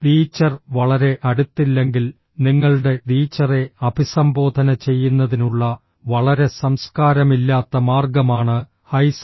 teacher വളരെ അടുത്തില്ലെങ്കിൽ നിങ്ങളുടെ ടീച്ചറെ അഭിസംബോധന ചെയ്യുന്നതിനുള്ള വളരെ സംസ്കാരമില്ലാത്ത മാർഗമാണ് ഹൈ സർ